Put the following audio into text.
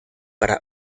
para